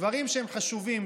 דברים שהם חשובים,